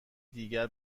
دیگر